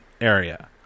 area